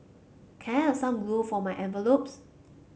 can I have some glue for my envelopes